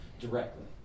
directly